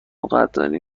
قدردانی